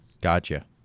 Gotcha